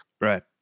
Right